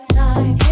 time